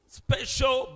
special